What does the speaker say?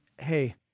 hey